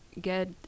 get